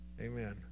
Amen